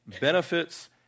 benefits